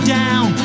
down